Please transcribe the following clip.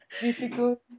Difficult